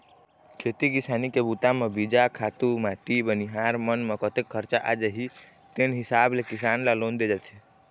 खेती किसानी के बूता म बीजा, खातू माटी बनिहार मन म कतेक खरचा आ जाही तेन हिसाब ले किसान ल लोन दे जाथे